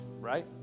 Right